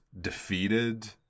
defeated